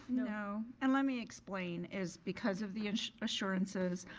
no and let me explain is because of the assurances.